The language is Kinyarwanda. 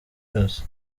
yose